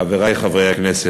חברי חברי הכנסת,